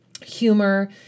humor